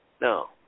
No